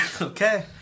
Okay